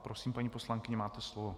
Prosím, paní poslankyně, máte slovo.